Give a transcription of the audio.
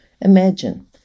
Imagine